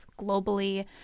globally